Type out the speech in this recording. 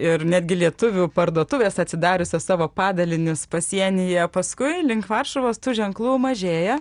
ir netgi lietuvių parduotuvės atsidariusios savo padalinius pasienyje paskui link varšuvos tų ženklų mažėja